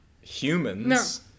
humans